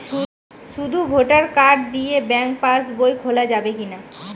শুধু voter card দিয়ে bank pass বই খোলা যাবে কিনা?